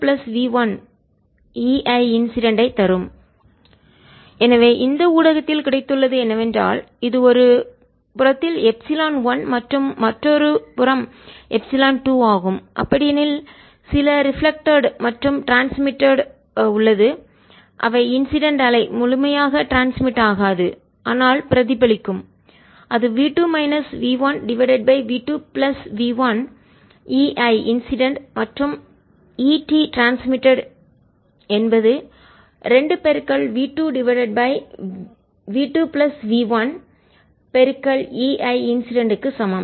ERv2 v1v2v1EI ETEIER2v2v2v1EI எனவே இந்த ஊடகத்தில் கிடைத்துள்ளது என்னவென்றால் இது ஒரு புறத்தில் எப்சிலன் 1 மற்றும் மறுபுறம் எப்சிலன் 2 ஆகும் அப்படியெனில் சில ரிஃப்ளெக்ட்டட் பிரதிபலிப்பு மற்றும் ட்ரான்ஸ்மிட்டட் பரிமாற்றம் உள்ளது அவை இன்சிடென்ட் அலை முழுமையாக டிரான்ஸ்மிட் ஆகாது பரவாது ஆனால் பிரதிபலிக்கும் அது v2 minus v1 divided by V2 plus V1 EI incident மற்றும் ET ட்ரான்ஸ்மிட்டட் மின் பரிமாற்றம் என்பது 2V2 divided by V2 plus V1 EI incident க்கு சமம்